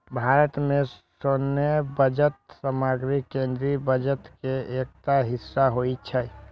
भारत मे सैन्य बजट समग्र केंद्रीय बजट के एकटा हिस्सा होइ छै